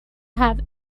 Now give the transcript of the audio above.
have